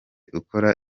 ukora